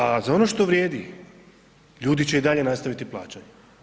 A za ono što vrijedi, ljudi će i dalje nastaviti plaćati.